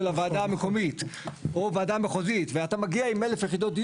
הוועדה המקומית או ועדה מחוזית ואתה מגיע עם 1,000 יחידות,